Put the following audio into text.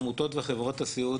עמותות וחברות הסיעוד,